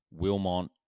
Wilmont